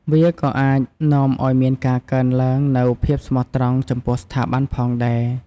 វាក៏អាចនាំឱ្យមានការកើនឡើងនូវភាពស្មោះត្រង់ចំពោះស្ថាប័នផងដែរ។